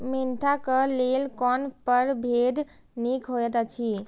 Mentha क लेल कोन परभेद निक होयत अछि?